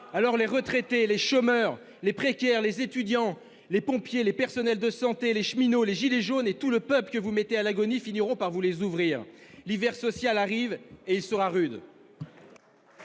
alors les retraités, les chômeurs, les précaires, les étudiants, les pompiers, les personnels de santé, les cheminots, les « gilets jaunes » et tout le peuple que vous mettez à l'agonie finiront par vous les ouvrir ! L'hiver social arrive et il sera rude